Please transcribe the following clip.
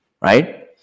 right